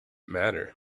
matter